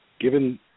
given